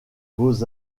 beaux